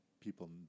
people